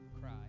cry